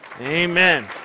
Amen